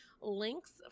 links